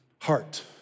heart